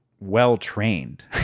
well-trained